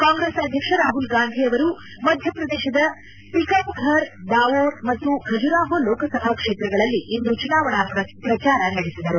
ಕಾಂಗ್ರೆಸ್ ಅಧ್ವಕ್ಷ ರಾಹುಲ್ ಗಾಂಧಿ ಅವರು ಮಧ್ಯಪ್ರದೇಶದ ಟಕಂಫರ್ ದಮೋಹ್ ಮತ್ತು ಖಜುರಾಹೊ ಲೋಕಸಭಾ ಕ್ಷೇತ್ರಗಳಲ್ಲಿ ಇಂದು ಚುನಾವಣಾ ಪ್ರಚಾರ ನಡೆಸಿದರು